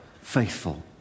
Faithful